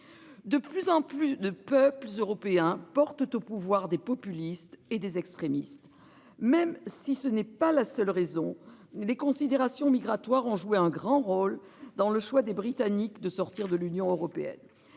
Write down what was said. De plus en plus de peuple européen, portent au pouvoir des populistes et des extrémistes. Même si ce n'est pas la seule raison. Les considérations migratoires ont joué un grand rôle dans le choix des Britanniques de sortir de l'Union européenne.